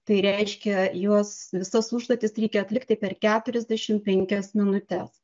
tai reiškia juos visas užduotis reikia atlikti per keturiasdešimt penkias minutes